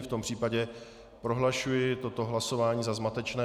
V tom případě prohlašuji toto hlasování za zmatečné.